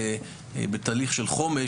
בתהליך של חומש,